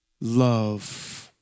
love